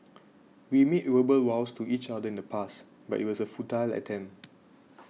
we made verbal vows to each other in the past but it was a futile attempt